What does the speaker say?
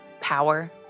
power